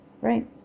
Right